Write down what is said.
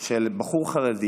של בחור חרדי,